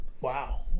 Wow